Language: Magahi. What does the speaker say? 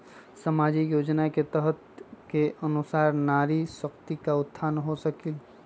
सामाजिक योजना के तहत के अनुशार नारी शकति का उत्थान हो सकील?